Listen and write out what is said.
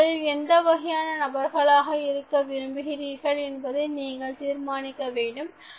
நீங்கள் எந்த வகை நபர்களாக இருக்க விரும்புகிறீர்கள் என்பதை நீங்கள் தீர்மானிக்க வேண்டும்